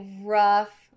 rough